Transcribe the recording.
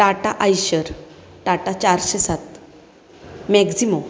टाटा आईशर टाटा चारशे सात मॅक्झिमम